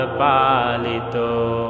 palito